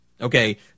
Okay